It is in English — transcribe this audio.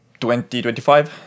2025